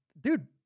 dude